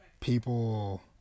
people